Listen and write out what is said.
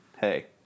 hey